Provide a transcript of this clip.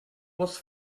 was